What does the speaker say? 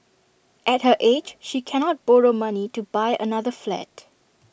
at her age she cannot borrow money to buy another flat